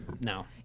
No